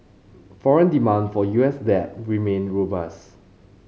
foreign demand for U S debt remain robust